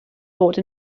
bod